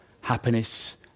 happiness